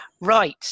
right